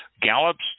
Gallup's